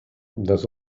das